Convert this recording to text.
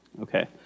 Okay